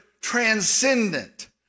transcendent